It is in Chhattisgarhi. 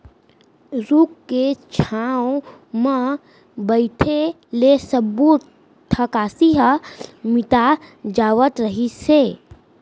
रूख के छांव म बइठे ले सब्बो थकासी ह मिटा जावत रहिस हे